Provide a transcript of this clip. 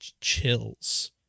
chills